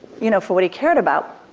you know, for what he cared about.